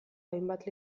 hainbat